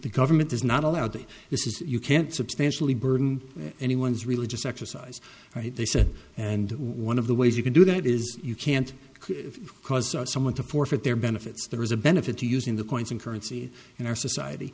the government is not allowed this is you can't substantially burden anyone's religious exercise right they said and one of the ways you can do that is you can't cause someone to forfeit their benefits there is a benefit to using the coins and currency in our society